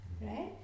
right